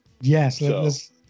yes